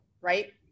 right